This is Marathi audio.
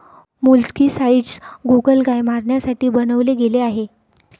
मोलस्कीसाइडस गोगलगाय मारण्यासाठी बनवले गेले आहे